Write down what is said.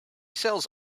sells